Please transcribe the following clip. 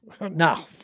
No